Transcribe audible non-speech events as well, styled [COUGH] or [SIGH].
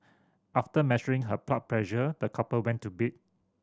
after measuring her [UNINTELLIGIBLE] pressure the couple went to bed